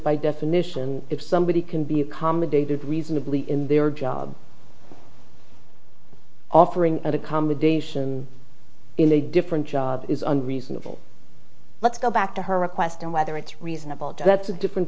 by definition if somebody can be accommodated reasonably in their job offering accommodation in a different job isn't reasonable let's go back to her request and whether it's reasonable that's a different